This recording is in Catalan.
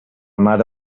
mare